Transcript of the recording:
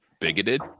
bigoted